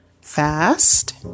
fast